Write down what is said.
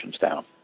down